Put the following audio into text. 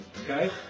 okay